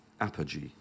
apogee